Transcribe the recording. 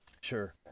sure